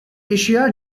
asia